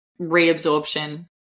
reabsorption